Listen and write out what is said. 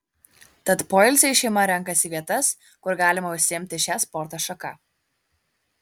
tad poilsiui šeima renkasi vietas kur galima užsiimti šia sporto šaka